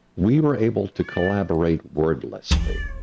we were able to collaborate wordlessly.